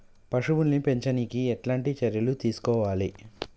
పశువుల్ని పెంచనీకి ఎట్లాంటి చర్యలు తీసుకోవాలే?